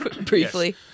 briefly